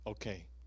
Okay